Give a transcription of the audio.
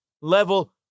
level